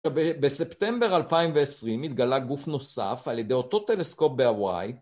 בספטמבר 2020 נתגלה גוף נוסף על ידי אותו טלסקופ בהוואי